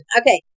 Okay